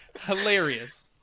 hilarious